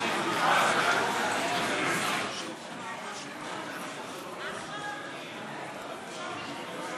מסדר-היום את הצעת חוק שיקום שכונות דרום תל-אביב